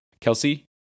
kelsey